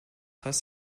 heißt